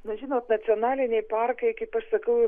na žinot nacionaliniai parkai kaip aš sakau